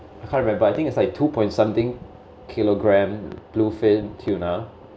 I can't remember I think it's like two point something kilogram blue fin tuna